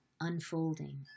unfolding